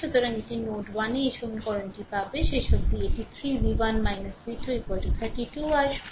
সুতরাং এটি নোডে 1 এই সমীকরণটি পাবে শেষ অবধি এটি 3 V 1 V 2 32 আসবে